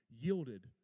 yielded